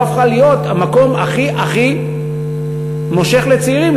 הפכה להיות המקום הכי מושך לצעירים,